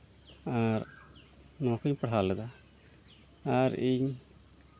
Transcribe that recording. ᱟᱨ ᱱᱚᱣᱟ ᱠᱚᱧ ᱯᱟᱲᱦᱟᱣ ᱞᱮᱫᱟ ᱟᱨ ᱤᱧ